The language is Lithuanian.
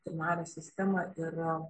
trinarę sistemą ir